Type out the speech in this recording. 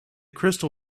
crystal